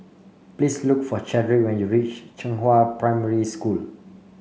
please look for Chadrick when you reach Zhenghua Primary School